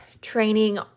training